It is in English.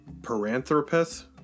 Paranthropus